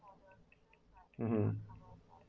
mmhmm